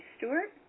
Stewart